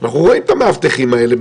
אנחנו רואים את המאבטחים האלה,